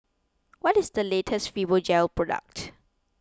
what is the latest Fibogel product